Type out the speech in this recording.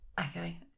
Okay